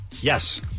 Yes